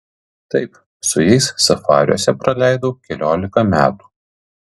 taip su jais safariuose praleidau keliolika metų